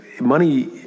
Money